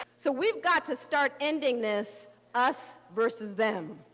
so we've got to start ending this us versus them